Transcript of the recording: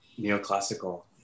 Neoclassical